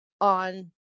on